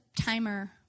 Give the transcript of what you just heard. timer